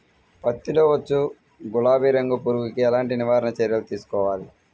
పత్తిలో వచ్చు గులాబీ రంగు పురుగుకి ఎలాంటి నివారణ చర్యలు తీసుకోవాలి?